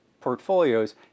portfolios